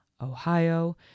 ohio